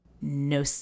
no